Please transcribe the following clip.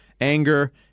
anger